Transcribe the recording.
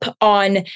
on